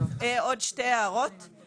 הסדר התבקש על ידי ארגון כלשהו.